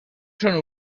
són